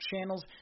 channels